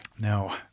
No